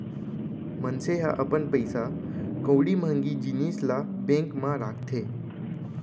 मनसे ह अपन पइसा कउड़ी महँगी जिनिस ल बेंक म राखथे